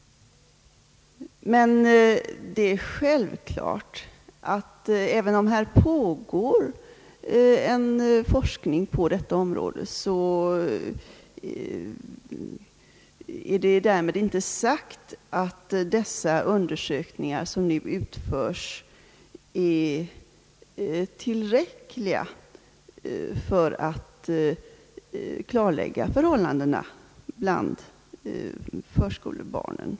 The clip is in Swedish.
Men även om här pågår en forskning på detta område så är därmed inte alls sagt att de undersökningar som nu utförs är tillräckliga för att klarlägga förhållandena bland förskolebarnen.